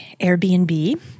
Airbnb